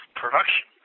production